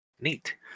neat